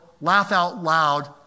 laugh-out-loud